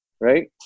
right